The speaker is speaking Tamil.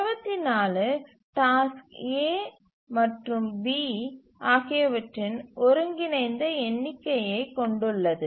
24 டாஸ்க் A மற்றும் B ஆகியவற்றின் ஒருங்கிணைந்த எண்ணிக்கையைக் கொண்டுள்ளது